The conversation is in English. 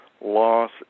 loss